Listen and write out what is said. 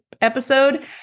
episode